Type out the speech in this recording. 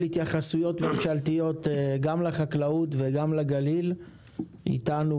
התייחסויות ממשלתיות גם לחקלאות וגם לגליל נמצא איתנו.